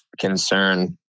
concern